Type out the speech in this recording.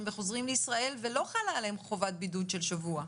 וחוזרים לישראל ולא חלה עליהם חובת בידוד של שבוע.